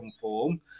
form